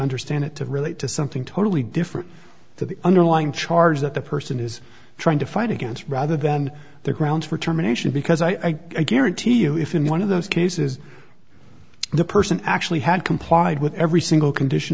understand it to relate to something totally different to the underlying charge that the person is trying to fight against rather than the grounds for termination because i guarantee you if in one of those cases the person actually had complied with every single condition